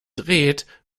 dreht